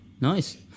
Nice